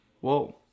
whoa